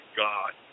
god